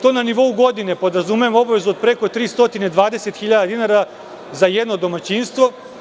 To na nivou godine podrazumeva obavezu od preko 320.000 dinara za jedno domaćinstvo.